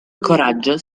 coraggio